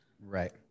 Right